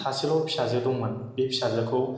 सासेल' फिसाजो दंमोन बे फिसाजोखौ